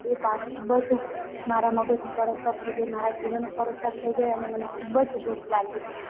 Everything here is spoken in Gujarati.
એ પાઠ ખૂબ જ મારા મગજ ઉપર અસર થઈ ગઈ મારા જીવન ઉપર અસર થઈ ગઈ અને મને ખૂબ જ દુઃખ લાગ્યું